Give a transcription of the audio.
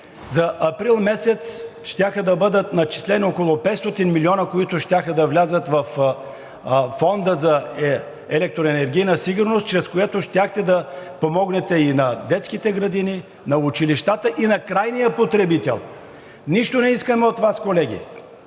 за април месец щяха да бъдат начислени около 500 милиона, които щяха да влязат във Фонда за електроенергийна сигурност, чрез което щяхте да помогнете и на детските градини, на училищата и на крайния потребител. Нищо не искаме от Вас, колеги,